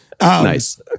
Nice